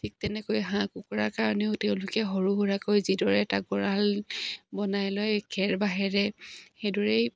ঠিক তেনেকৈ হাঁহ কুকুৰাৰ কাৰণেও তেওঁলোকে সৰু সুৰাকৈ যিদৰে এটা গঁৰাল বনাই লয় খেৰ বাঁহেৰে সেইদৰেই